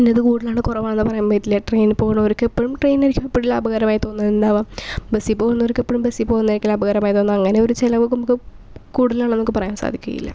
ഇന്നത് കൂടുതലാണ് കുറവാണ് ഒന്നും പറയാൻ പറ്റില്ല ട്രെയിനിൽ പോകുന്നവർക്ക് എപ്പഴും ട്രെയിനായിരിക്കും എപ്പഴും ലാഭകരമായി തോന്നുന്നുണ്ടാവുക ബസിൽ പോകുന്നവർക്ക് എപ്പോഴും ബസ്സിൽ പോകുന്നതായിരിക്കും ലാഭകരമായത് എന്ന് അങ്ങനെയൊരു ചെലവ് നമുക്ക് കൂടുതലുള്ളത് എന്ന് നമുക്ക് പറയാൻ സാധിക്കുകയില്ല